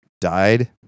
died